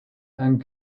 and